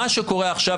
מה שקורה עכשיו,